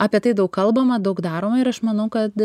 apie tai daug kalbama daug daroma ir aš manau kad